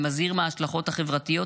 ומזהיר מההשלכות החברתיות,